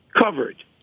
covered